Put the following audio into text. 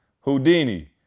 Houdini